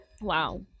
Wow